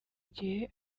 igihe